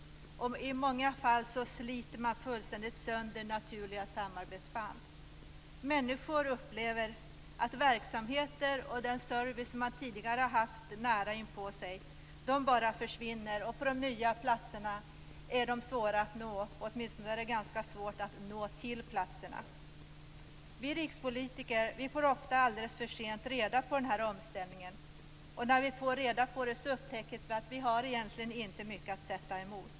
I många fall sliter man fullständigt sönder naturliga samarbetsband. Människor upplever att verksamheter och service som de tidigare har haft nära inpå sig bara försvinner. På de nya platserna är de svåra att nå, åtminstone är det ganska svårt att ta sig till platserna. Vi rikspolitiker får ofta alldeles för sent reda på omställningarna, och när vi får reda på dem upptäcker vi att vi egentligen inte har mycket att sätta emot.